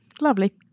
Lovely